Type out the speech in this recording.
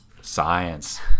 science